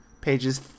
Pages